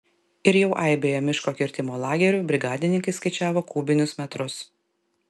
ir jau aibėje miško kirtimo lagerių brigadininkai skaičiavo kubinius metrus